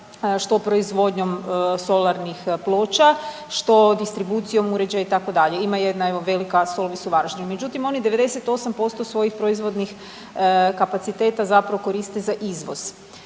što proizvodnjom solarnih ploča, što distribucijom uređaja itd., ima jedna evo velika Solvis u Varaždinu. Međutim, oni 98% svojih proizvodnih kapaciteta zapravo koriste za izvoz.